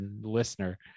listener